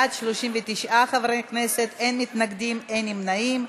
בעד, 39 חברי כנסת, אין מתנגדים, אין נמנעים.